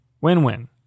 Win-win